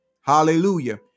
Hallelujah